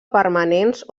permanents